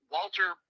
Walter